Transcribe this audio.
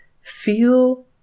feel